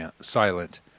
silent